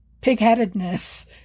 pigheadedness